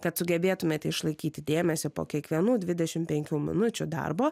kad sugebėtumėte išlaikyti dėmesį po kiekvienų dvidešim penkių minučių darbo